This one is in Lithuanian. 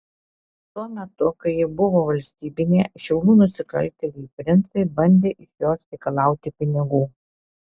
tuo metu kai ji buvo valstybinė šiaulių nusikaltėliai princai bandė iš jos reikalauti pinigų